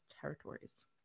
territories